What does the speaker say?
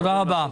תודה רבה.